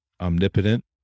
omnipotent